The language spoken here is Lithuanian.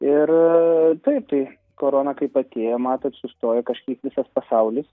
ir taip tai korona kaip atėjo matot sustoja kažkaip pasaulis